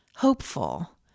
hopeful